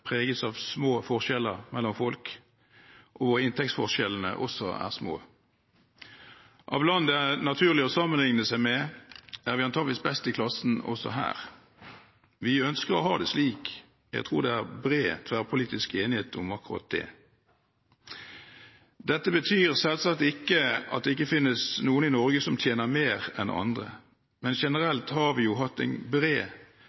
preges av små forskjeller mellom folk, og hvor inntektsforskjellene også er små. Av land det er naturlig å sammenligne seg med, er vi antageligvis best i klassen også her. Vi ønsker å ha det slik, jeg tror det er bred tverrpolitisk enighet om akkurat det. Dette betyr selvsagt ikke at det ikke finnes noen i Norge som tjener mer enn andre, men generelt har vi jo hatt en bred